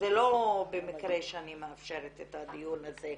זה לא במקרה שאני מאפשרת את הדיון הזה,